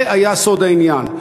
זה היה סוד העניין.